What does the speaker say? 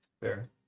Fair